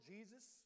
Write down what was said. Jesus